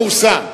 פורסם.